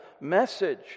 message